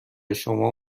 شما